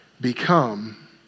become